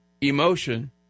emotion